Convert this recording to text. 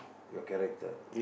your character